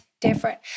different